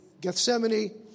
Gethsemane